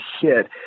hit